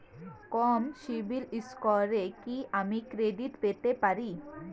কম CIBIL স্কোরে কি আমি ক্রেডিট পেতে পারি?